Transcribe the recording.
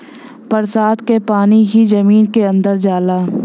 बरसात क पानी ही जमीन के अंदर जाला